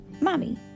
mommy